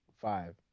Five